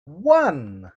one